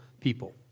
people